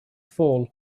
fall